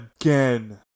again